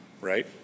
right